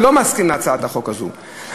שלא מסכים להצעת החוק הזאת.